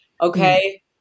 Okay